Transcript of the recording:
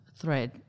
thread